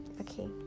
Okay